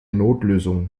notlösung